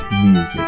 music